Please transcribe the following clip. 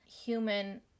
human